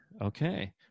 okay